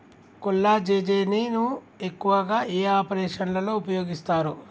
కొల్లాజెజేని ను ఎక్కువగా ఏ ఆపరేషన్లలో ఉపయోగిస్తారు?